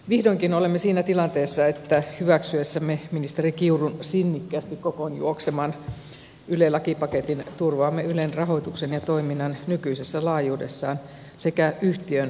vihdoinkin olemme siinä tilanteessa että hyväksyessämme ministeri kiurun sinnikkäästi kokoon juokseman yle lakipaketin turvaamme ylen rahoituksen ja toiminnan nykyisessä laajuudessaan sekä yhtiön kehittämisen